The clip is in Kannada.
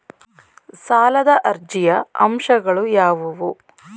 ಸಾಲದ ಅರ್ಜಿಯ ಅಂಶಗಳು ಯಾವುವು?